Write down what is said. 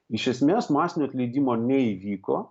iš esmės masinio atleidimo neįvyko